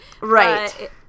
right